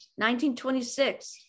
1926